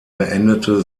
beendete